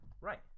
Right